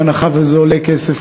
בהנחה שזה עולה כסף,